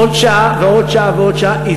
עוד שעה, ועוד שעה ועוד שעה.